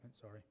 sorry